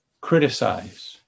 criticize